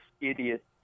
idiot